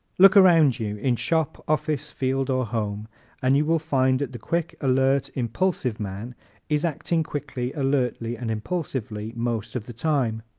look around you in shop, office, field or home and you will find that the quick, alert, impulsive man is acting quickly, alertly and impulsively most of the time.